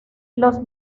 los